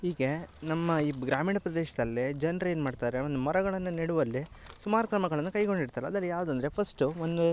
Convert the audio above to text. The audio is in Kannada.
ಈಗೆ ನಮ್ಮ ಈ ಗ್ರಾಮೀಣ ಪ್ರದೇಶದಲ್ಲೇ ಜನ್ರು ಏನು ಮಾಡ್ತಾರೆ ಒಂದು ಮರಗಳನ್ನ ನೆಡುವಲ್ಲೆ ಸುಮಾರು ಕ್ರಮಗಳನ್ನ ಕೈಗೊಂಡಿರ್ತಾರೆ ಅದೆಲ್ಲ ಯಾವ್ದು ಅಂದರೆ ಫಸ್ಟು ಒಂದು